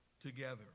together